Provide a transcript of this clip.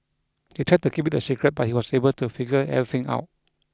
they tried to keep it a secret but he was able to figure everything out